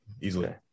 easily